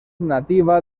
nativa